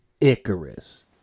Icarus